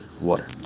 water